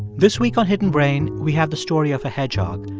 this week on hidden brain, we have the story of a hedgehog,